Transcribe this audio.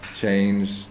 change